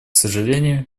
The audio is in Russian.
сожалению